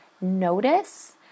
notice